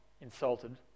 insulted